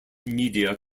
media